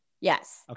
Yes